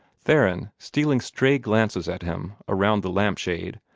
theron, stealing stray glances at him around the lampshade,